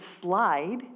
slide